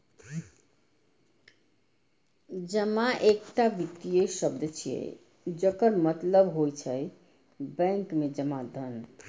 जमा एकटा वित्तीय शब्द छियै, जकर मतलब होइ छै बैंक मे जमा धन